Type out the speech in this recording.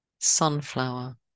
Sunflower